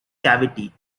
cavity